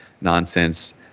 nonsense